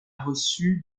reçu